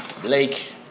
Blake